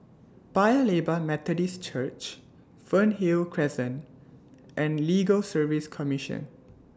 Paya Lebar Methodist Church Fernhill Crescent and Legal Service Commission